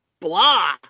blah